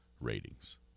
ratings